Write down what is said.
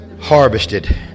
harvested